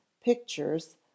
pictures